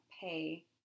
pay